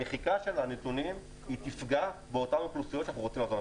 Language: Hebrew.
המחיקה של הנתונים תפגע באותן אוכלוסיות שאנחנו רוצים לעזור להן,